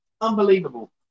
unbelievable